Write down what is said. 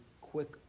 quick